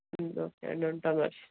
okay అండి ఉంటా మరి